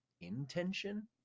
intention